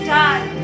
die